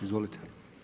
Izvolite.